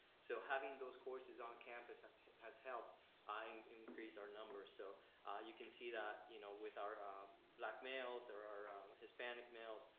so having those courses on campus has helped increase our numbers, so you can see that, you know with our black males or our hispanic males,